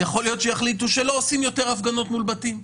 יכול להיות שיחליטו שלא עושים עוד הפגנות מול בתים.